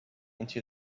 into